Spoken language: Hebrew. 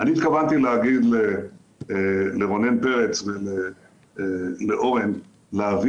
התכוונתי להגיד לרונן פרץ ולאורן להביא